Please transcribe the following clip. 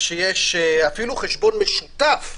אפילו בחשבון משותף.